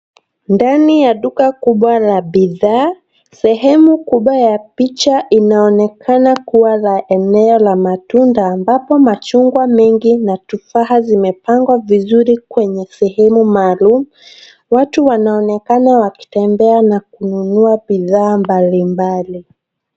Ndani ya duka kubwa la bidhaa. Sehemu kubwa ya picha inaonekana kuwa la eneo la matunda ambapo machungwa mengi na tufaha zimepangwa vizuri kwenye sehemu maalum. Watu wanaonekana wakitembea na kununua bidhaa mbalimbali.